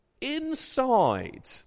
inside